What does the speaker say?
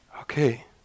Okay